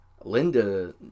Linda